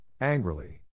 angrily